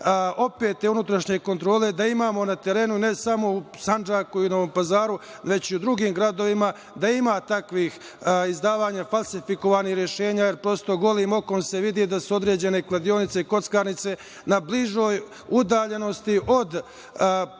opet te unutrašnje kontrole, da imamo na terenu ne samo u Sandžaku i u Novom Pazaru, već i u drugim gradovima, da ima takvih izdavanja falsifikovanih rešenja, jer prosto golim okom se vidi da su određene kladionice i kockarnice na bližoj udaljenosti od